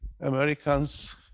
Americans